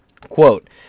Quote